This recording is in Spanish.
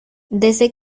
desde